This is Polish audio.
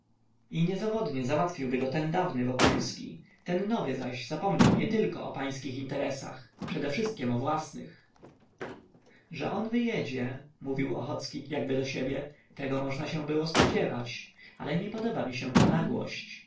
i niezawodnie załatwiłby go ten dawny wokulski ten nowy zaś zapomniał nietylko o pańskich interesach przede wszystkiem o własnych że on wyjedzie mówił ochocki jakby do siebie tego można było spodziewać się ale nie podoba mi się ta nagłość